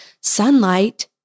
sunlight